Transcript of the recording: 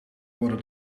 worden